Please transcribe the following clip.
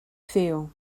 feel